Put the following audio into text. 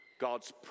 God's